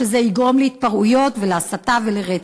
שזה יגרום להתפרעויות ולהסתה ולרצח.